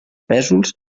pèsols